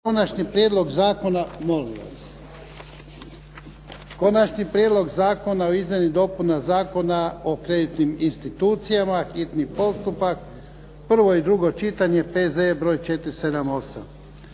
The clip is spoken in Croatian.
dnevnog reda, a to - Konačni prijedlog zakona o izmjeni i dopuni Zakona o kreditnim institucijama, hitni postupak, prvo i drugo čitanje, P.Z.E. broj 478